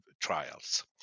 trials